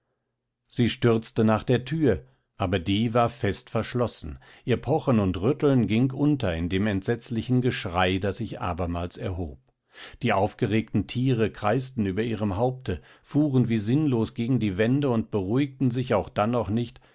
sie stürzte nach der thür aber die war fest verschlossen ihr pochen und rütteln ging unter in dem entsetzlichen geschrei das sich abermals erhob die aufgeregten tiere kreisten über ihrem haupte fuhren wie sinnlos gegen die wände und beruhigten sich auch dann noch nicht